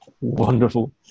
wonderful